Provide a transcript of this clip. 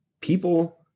people